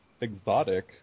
exotic